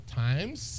times